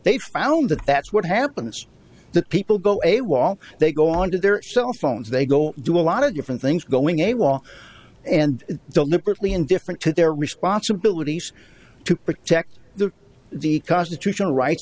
they found that that's what happens that people go a wall they go on to their cell phones they go do a lot of different things going a while and deliberately indifferent to their responsibilities to protect the the constitutional rights